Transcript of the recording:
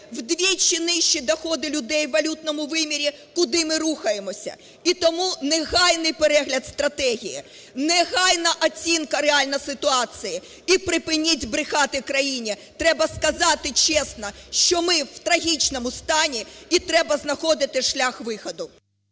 в двічі нижчі доходи людей у валютному вимірі. Куди ми рухаємося? І тому негайний перегляд стратегії, негайна оцінка реальна ситуації. І припиніть брехати країні, треба сказати чесно, що ми в трагічному стані і треба знаходити шлях виходу.